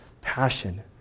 passion